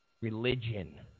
religion